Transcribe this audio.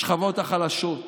בשכבות החלשות,